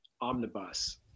Omnibus